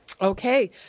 Okay